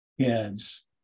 kids